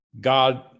God